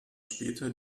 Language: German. später